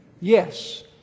Yes